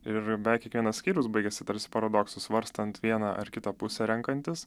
ir beveik kiekvienas skyrius baigiasi tarsi paradoksu svarstant vieną ar kitą pusę renkantis